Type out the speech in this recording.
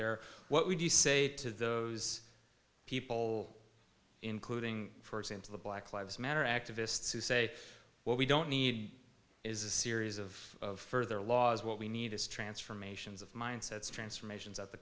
there what would you say to those people including for example the black lives matter activists who say what we don't need is a series of further laws what we need is transformations of mindsets transformations at the